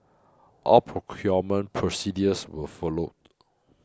all procurement procedures were followed